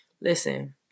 Listen